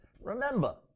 Remember